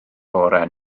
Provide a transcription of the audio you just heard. oren